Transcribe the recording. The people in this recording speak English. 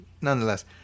nonetheless